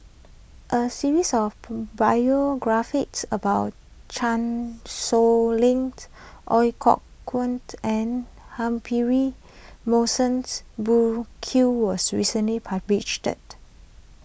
a series of biographies about Chan Sow Lin Ooi Kok Chuen and Humphrey Burkill was recently published